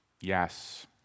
Yes